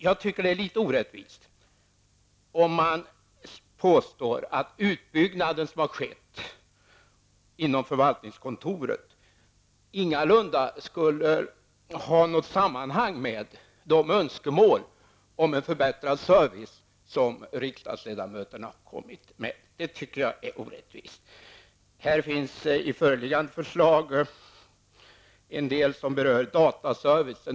Jag tycker att det är litet orättvist att påstå att den utbyggnad som har skett inom förvaltningskontoret ingalunda har något sammanhang med de önskemål om en bättre service som riksdagsledamöterna har kommit med. Här finns i föreliggande förslag en del som berör dataservice.